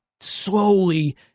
slowly